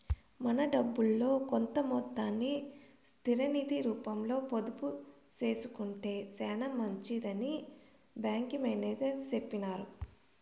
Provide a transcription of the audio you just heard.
మన డబ్బుల్లో కొంత మొత్తాన్ని స్థిర నిది రూపంలో పొదుపు సేసుకొంటే సేనా మంచిదని బ్యాంకి మేనేజర్ సెప్పినారు